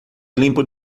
limpo